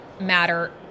matter